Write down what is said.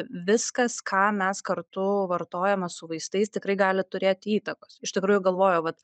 viskas ką mes kartu vartojame su vaistais tikrai gali turėti įtakos iš tikrųjų galvoju vat